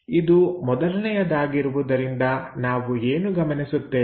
ಇದು ಮೊದಲನೆಯದಾಗಿರುವುದರಿಂದ ನಾವು ಏನು ಗಮನಿಸುತ್ತೇವೆ